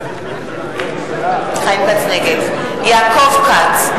נגד יעקב כץ,